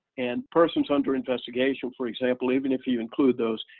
and persons under investigation, for example, even if you include those,